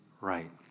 right